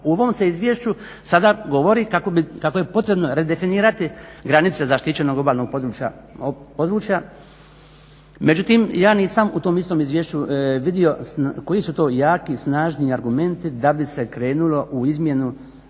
U ovom se izvješću sada govori kako je potrebno redefinirati granice zaštićenog obalnog područja. Međutim ja nisam u tom istom izvješću vidio koji su to jaki, snažni argumenti da bi se krenulo u izmjenu